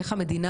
איך המדינה